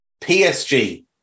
PSG